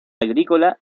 agrícola